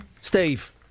Steve